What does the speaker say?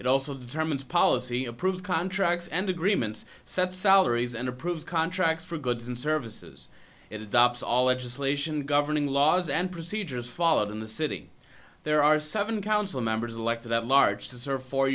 it also determines policy approves contracts and agreements set salaries and approves contracts for goods and services it adopts all edges lay ssion governing laws and procedures followed in the city there are seven council members elected at large to serve fo